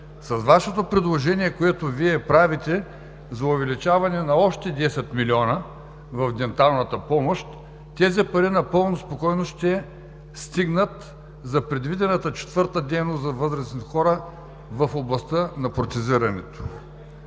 С предложението, което Вие правите, за увеличаване на още 10 милиона в денталната помощ, тези пари напълно спокойно ще стигнат за предвидената четвърта дейност за възрастни хора в областта на протезирането.